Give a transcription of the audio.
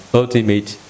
ultimate